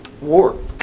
war